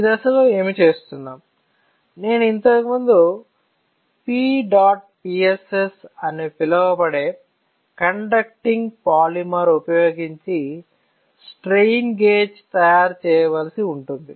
ఈ దశలో ఏమి చూస్తున్నాం నేను ఇంతకుముందు PEDOTPSS అని పిలవబడే కండక్టింగ్ పాలిమర్ ఉపయోగించి స్ట్రెయిన్ గేజ్ తయారు చేయవలసి ఉంటుంది